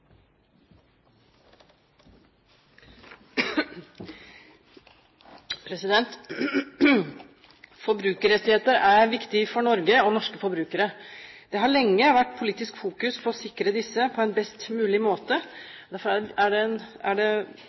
Forbrukerrettigheter er viktig for Norge og norske forbrukere. Det har lenge vært politisk fokus på å sikre disse på en best mulig måte. Derfor er det en